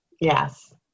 Yes